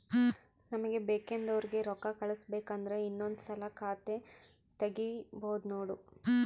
ನಮಗೆ ಬೇಕೆಂದೋರಿಗೆ ರೋಕ್ಕಾ ಕಳಿಸಬೇಕು ಅಂದ್ರೆ ಇನ್ನೊಂದ್ಸಲ ಖಾತೆ ತಿಗಿಬಹ್ದ್ನೋಡು